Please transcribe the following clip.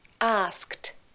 asked